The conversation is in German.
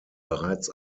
bereits